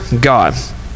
God